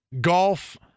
golf